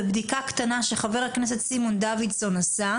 בבדיקה קטנה שחה"כ סימון דוידסון ערך,